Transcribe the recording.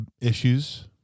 issues